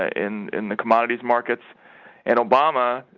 ah in in the commodities market and obama ah.